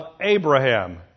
Abraham